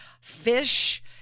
fish